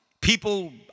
People